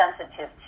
sensitive